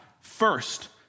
first